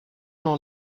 not